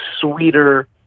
sweeter